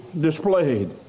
displayed